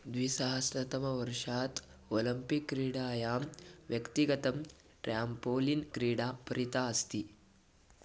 द्विसहस्रतमवर्षात् Olympic क्रीडायां व्यक्तिगतं trampoline क्रीडां परितः अस्ति